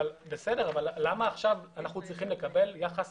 בסדר, אבל למה עכשיו אנחנו צריכים לקבל יחס